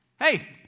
hey